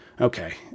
Okay